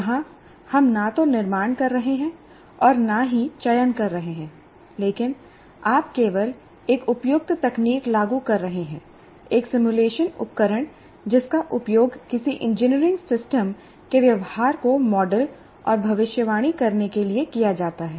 यहां हम न तो निर्माण कर रहे हैं और न ही चयन कर रहे हैं लेकिन आप केवल एक उपयुक्त तकनीक लागू कर रहे हैं एक सिमुलेशन उपकरण जिसका उपयोग किसी इंजीनियरिंग सिस्टम के व्यवहार को मॉडल और भविष्यवाणी करने के लिए किया जाता है